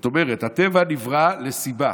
זאת אומרת, הטבע נברא לסיבה,